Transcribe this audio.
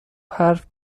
حرف